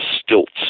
stilts